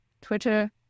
Twitter